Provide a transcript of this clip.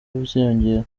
uziyongera